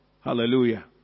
Hallelujah